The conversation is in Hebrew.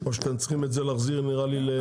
או שאתם צריכים להחזיר את זה ל --- החברה